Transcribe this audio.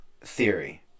theory